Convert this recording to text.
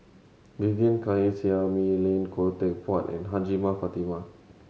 Vivien Quahe Seah Mei Lin Khoo Teck Puat and Hajjah Fatimah